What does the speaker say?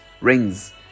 rings